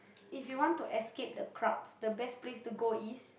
if you want to escape the crowds the best place to go is